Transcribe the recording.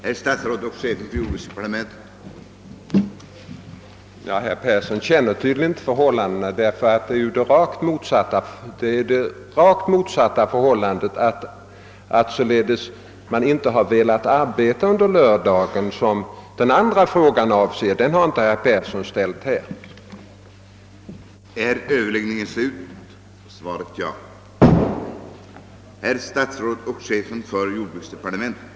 Herr talman! Herr Persson i Heden tycks inte känna till omständigheterna, eftersom det förhåller sig på rakt motsatta sättet. Vederbörande arbetare har nämligen inte velat arbeta under lördagen, och detta tas upp i den andra frågan till mig, men herr Persson har inte aktualiserat den saken.